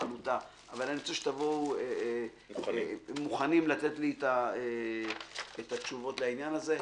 אבל אני רוצה שתבואו מוכנים לתת לי את התשובות לעניין הזה.